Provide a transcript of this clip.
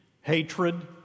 hatred